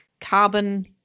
carbon